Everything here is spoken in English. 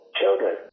children